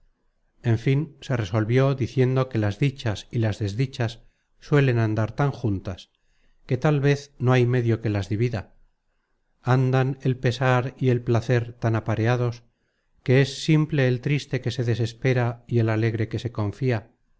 en fin se resolvió diciendo que las dichas y las desdichas suelen andar tan juntas que tal vez no hay medio que las divida andan el pesar y el placer tan apareados que es simple el triste que se desespera y el alegre que se confia